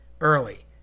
early